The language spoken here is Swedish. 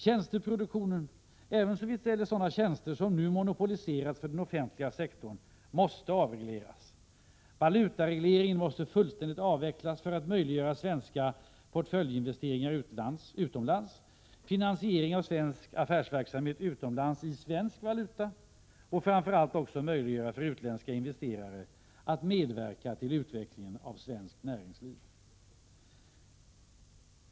Tjänsteproduktionen, även såvitt gäller sådana tjänster som nu monopoliserats för den offentliga sektorn, måste avregleras. Valutaregleringen måste fullständigt avvecklas för att möjliggöra svenska portföljinvesteringar utomlands, finansiering av svensk affärsverksamhet utomlands i svensk valuta och framför allt möjliggöra för utländska investerare att medverka till utvecklingen av svenskt näringsliv.